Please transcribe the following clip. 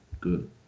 good